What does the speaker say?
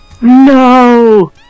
No